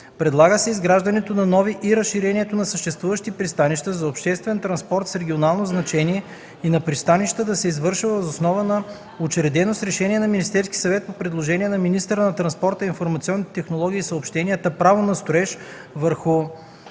Предлага се изграждането на нови и разширението на съществуващи пристанища за обществен транспорт с регионално значение и на пристанища да се извършва въз основа на учредено с решение на Министерския съвет по предложение на министъра на транспорта, информационните технологии и съобщенията право на строеж върху